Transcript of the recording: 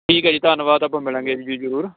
ਠੀਕ ਹੈ ਜੀ ਧੰਨਵਾਦ ਆਪਾਂ ਮਿਲਾਂਗੇ ਜੀ ਜ਼ਰੂਰ